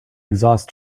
exhaust